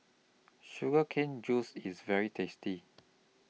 Sugar Cane Juice IS very tasty